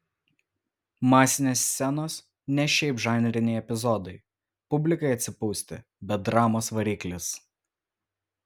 masinės scenos ne šiaip žanriniai epizodai publikai atsipūsti bet dramos variklis